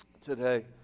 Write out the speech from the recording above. today